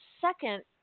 second